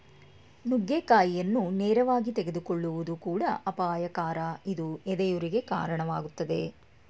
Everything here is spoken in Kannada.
ನುಗ್ಗೆಕಾಯಿಯನ್ನು ನೇರವಾಗಿ ತೆಗೆದುಕೊಳ್ಳುವುದು ಕೂಡ ಅಪಾಯಕರ ಇದು ಎದೆಯುರಿಗೆ ಕಾಣವಾಗ್ತದೆ